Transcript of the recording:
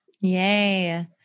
Yay